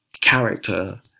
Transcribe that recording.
character